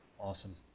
Awesome